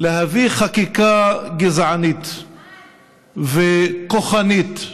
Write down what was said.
להביא חקיקה כזאת, גזענית וכוחנית והרסנית,